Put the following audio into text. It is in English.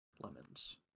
lemons